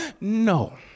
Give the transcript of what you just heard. No